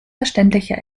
verständliche